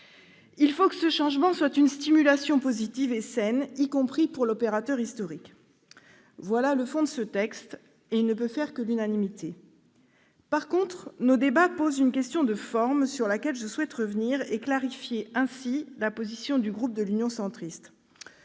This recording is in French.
Il faut que ce changement soit une stimulation positive et saine, y compris pour l'opérateur historique. Voilà le fond de ce texte, et il ne peut faire que l'unanimité ! Cela étant, nos débats posent une question de forme sur laquelle je souhaite revenir pour clarifier la position du groupe Union Centriste.